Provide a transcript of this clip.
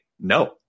no